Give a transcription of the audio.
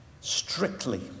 Strictly